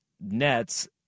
Nets